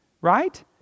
Right